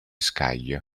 scaglie